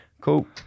cool